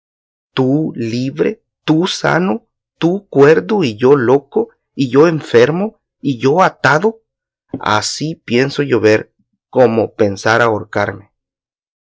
tú libre tú sano tú cuerdo y yo loco y yo enfermo y yo atado así pienso llover como pensar ahorcarme